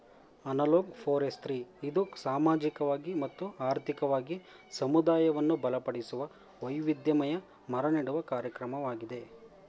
analog forestry ಇದು ಸಾಮಾಜಿಕವಾಗಿ ಮತ್ತು ಆರ್ಥಿಕವಾಗಿ ಸಮುದಾಯವನ್ನು ಬಲಪಡಿಸುವ, ವೈವಿಧ್ಯಮಯ ಮರ ನೆಡುವ ಕಾರ್ಯಕ್ರಮವಾಗಿದೆ